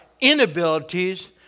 inabilities